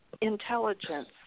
intelligence